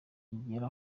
bigera